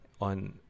on